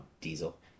diesel